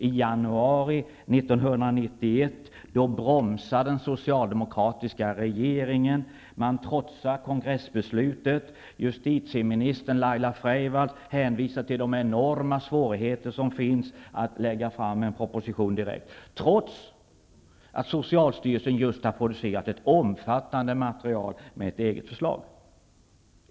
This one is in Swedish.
I januari 1991 bromsar den socialdemokratiska regeringen. Man trotsar kongressbeslutet, och justitieminister Laila Freivalds hänvisar till de enorma svårigheter som finns att direkt lägga fram en proposition, trots att socialstyrelsen just har producerat ett omfattande material med ett eget förslag.